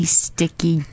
sticky